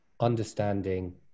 understanding